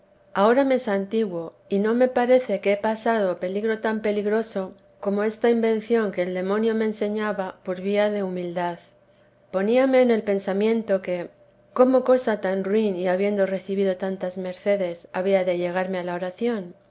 ahora me santiguo y no me parece que he pasado peligro tan peligroso como esta invención que el demonio me enseñaba por vía de humildad poníame en el pensamiento que cómo cosa tan ruin y habiendo recibido tantas mercedes había de llegarme a la oración